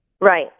Right